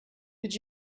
did